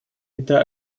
это